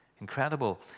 Incredible